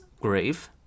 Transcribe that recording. grave